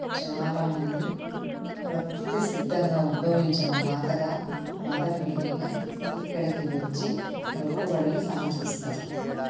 చాలామంది ప్రకృతి సిద్ధంగా ఉద్భవించిన మాతగా మదర్ మేరీగా ఇక్కడికి వచ్చి మ్రొక్కుబడులు సమర్పిస్తారు